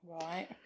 Right